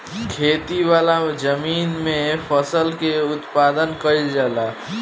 खेती वाला जमीन में फसल के उत्पादन कईल जाला